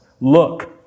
Look